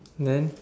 then